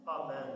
Amen